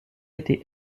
été